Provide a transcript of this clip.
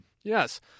Yes